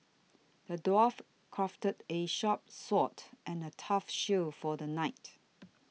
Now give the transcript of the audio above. the dwarf crafted a sharp sword and a tough shield for the knight